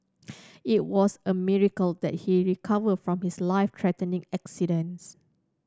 it was a miracle that he recovered from his life threatening accidents